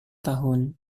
tahun